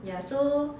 ya so